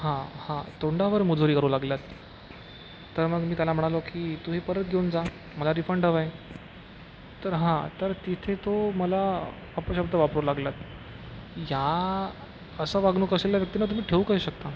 हां हां तोंडावर मुजोरी करू लागला तर मग मी त्याला म्हणालो की तुम्ही परत घेऊन जा मला रिफंड हवं आहे तर हां तर तिथे तो मला अपशब्द वापरू लागला या असं वागणूक असलेल्या व्यक्तीला तुम्ही ठेऊ कसे शकता